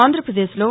ఆంధ్రప్రదేశ్ లో